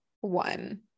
one